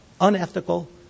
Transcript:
unethical